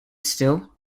still